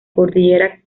cordillera